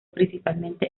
principalmente